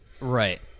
Right